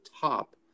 top